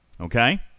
Okay